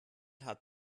hat